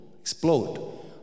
explode